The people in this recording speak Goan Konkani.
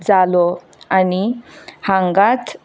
जालो आनी हांगाच